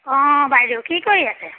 অঁ বাইদেউ কি কৰি আছে